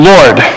Lord